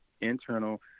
internal